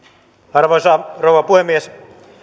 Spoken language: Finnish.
arvoisa rouva puhemies